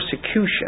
persecution